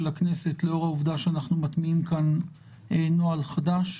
הכנסת לאור העובדה שאנחנו מטמיעים כאן נוהל חדש.